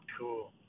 cool